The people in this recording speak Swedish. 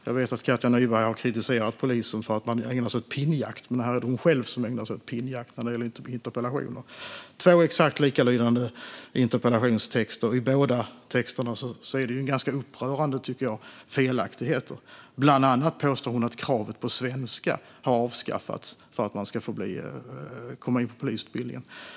Jag vet att Katja Nyberg har kritiserat polisen för att man ägnar sig åt pinnjakt, men här är det hon själv som ägnar sig åt pinnjakt när det gäller interpellationer. I båda texterna finns det i mitt tycke ganska upprörande felaktigheter. Bland annat påstår hon att kravet på svenska för att komma in på polisutbildningen har avskaffats.